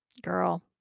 girl